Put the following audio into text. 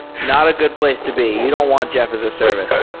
not a good place to be. you don't want jeff as a service.